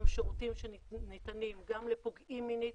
יש לנו גם שירותים שניתנים גם לפוגעים מינית